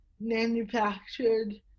manufactured